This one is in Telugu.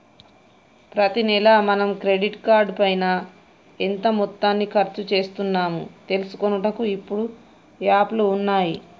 ప్రతి నెల మనం క్రెడిట్ కార్డు పైన ఎంత మొత్తాన్ని ఖర్చు చేస్తున్నాము తెలుసుకొనుటకు ఇప్పుడు యాప్లు ఉన్నాయి